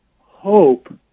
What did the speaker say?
Hope